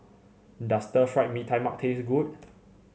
does Stir Fried Mee Tai Mak taste good